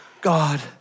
God